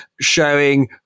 showing